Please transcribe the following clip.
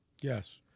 Yes